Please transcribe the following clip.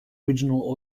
original